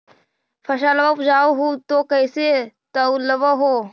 फसलबा उपजाऊ हू तो कैसे तौउलब हो?